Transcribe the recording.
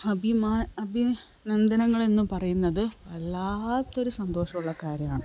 അഭിനന്ദനങ്ങൾ എന്നു പറയുന്നത് വല്ലാത്തൊരു സന്തോഷമുള്ള കാര്യമാണ്